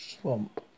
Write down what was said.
swamp